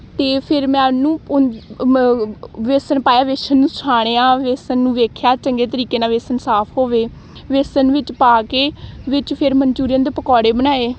ਅਤੇ ਫਿਰ ਮੈਂ ਉਹਨੂੰ ਉਨ ਮ ਵੇਸਣ ਪਾਇਆ ਵੇਸਣ ਨੂੰ ਛਾਣਿਆ ਵੇਸਣ ਨੂੰ ਵੇਖਿਆ ਚੰਗੇ ਤਰੀਕੇ ਨਾਲ ਵੀ ਵੇਸਣ ਸਾਫ਼ ਹੋਵੇ ਵੇਸਣ ਵਿੱਚ ਪਾ ਕੇ ਵਿੱਚ ਫਿਰ ਮਨਚੂਰੀਅਨ ਦੇ ਪਕੌੜੇ ਬਣਾਏ